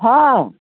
हँ